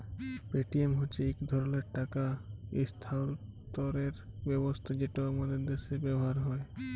Paytm হছে ইক ধরলের টাকা ইস্থালাল্তরের ব্যবস্থা যেট আমাদের দ্যাশে ব্যাভার হ্যয়